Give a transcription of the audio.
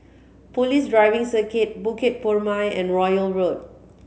Police Driving Circuit Bukit Purmei and Royal Road